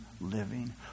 living